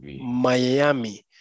Miami